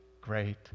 great